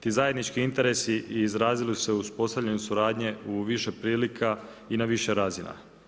Ti zajednički interesi izrazili su se u uspostavljanju suradnje u više prilika i na više razina.